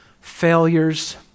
failures